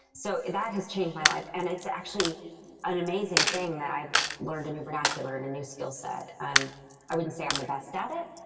so that has changed my life. and it's actually an amazing thing that i've learned a new vernacular and a new skill set. i wouldn't say i'm the best at it,